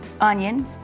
onion